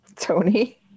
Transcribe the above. Tony